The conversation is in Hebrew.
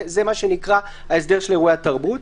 זה מה שנקרא ההסדר של אירועי התרבות.